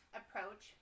approach